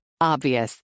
Obvious